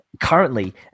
currently